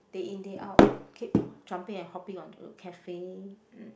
day in day out keep jumping and hopping on cafe mm